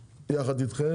שהביא את זה יחד אתכם.